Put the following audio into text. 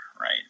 Right